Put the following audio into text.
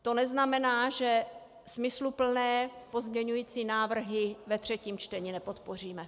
To neznamená, že smysluplné pozměňující návrhy ve třetím čtení nepodpoříme.